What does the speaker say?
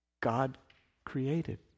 God-created